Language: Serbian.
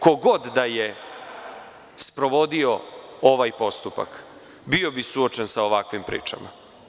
Ko god da je sprovodio ovaj postupak, bio bi suočen sa ovakvim pričama.